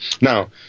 Now